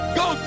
go